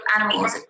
animals